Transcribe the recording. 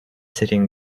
sitting